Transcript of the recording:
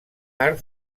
arc